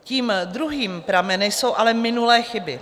Tím druhým pramenem jsou ale minulé chyby.